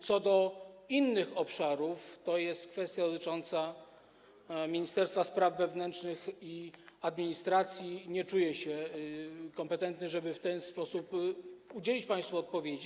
Co do innych obszarów to jest to kwestia dotycząca Ministerstwa Spraw Wewnętrznych i Administracji i nie czuję się kompetentny, żeby w ten sposób udzielić państwu odpowiedzi.